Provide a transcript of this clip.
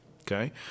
Okay